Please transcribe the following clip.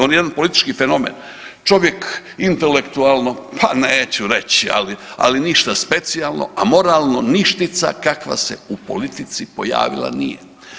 On je jedan politički fenomen, čovjek intelektualnog, pa neću reći, ali, ali ništa specijalno, a moralno ništica kakva se u politici pojavila nije.